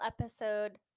episode